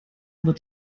wird